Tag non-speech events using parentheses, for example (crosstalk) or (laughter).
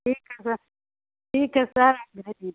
ठीक है सर ठीक है सर (unintelligible)